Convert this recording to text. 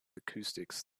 acoustics